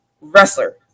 wrestler